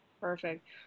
Perfect